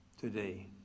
today